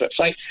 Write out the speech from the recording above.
website